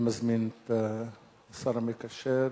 אני מזמין את השר המקשר,